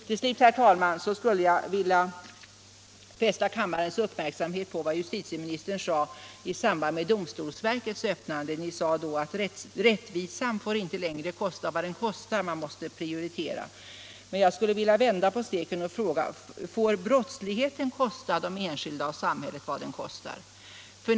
Till slut vill jag, herr talman, fästa uppmärksamheten på vad justitieministern sade i samband med domstolsverkets öppnande. Ni sade då att rättvisan inte längre får kosta vad den kostar utan att man måste göra prioriteringar. Jag vill vända på steken och fråga: Får brottsligheten kosta de enskilda och samhället vad den kostar?